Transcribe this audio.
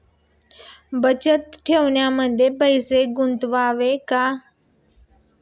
बचत ठेवीमध्ये पैसे गुंतवावे का?